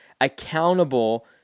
accountable